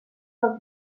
del